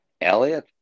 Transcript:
Elliot